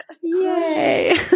Yay